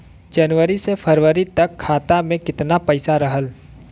जनवरी से फरवरी तक खाता में कितना पईसा रहल?